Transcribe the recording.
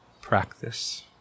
practice